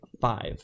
five